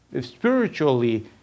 Spiritually